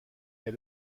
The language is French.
est